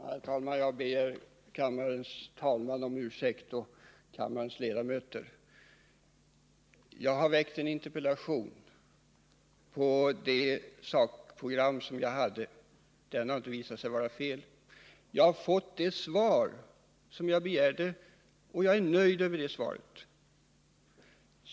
Herr talman! Jag ber kammarens talman och ledamöter om ursäkt för att jag åter tar till orda. Jag har framställt en interpellation byggd på uppgifter från det program som jag har åberopat. Dessa uppgifter har inte visat sig vara fel. Jag har också fått det svar som jag begärde, och jag är nöjd med det svaret.